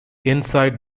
inside